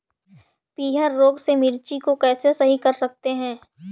पीहर रोग से मिर्ची को कैसे सही कर सकते हैं?